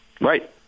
Right